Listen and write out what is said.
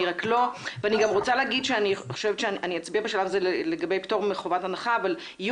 אני אצביע לגבי פטור מחובת ההנחה אבל יהיו